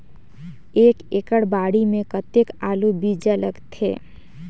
एक एकड़ बाड़ी मे कतेक आलू बीजा लगथे?